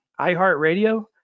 iHeartRadio